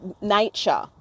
nature